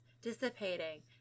dissipating